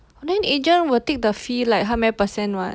then agent will take the fee like how many percent [what]